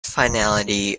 finality